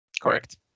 Correct